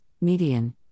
Median